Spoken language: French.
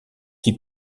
qui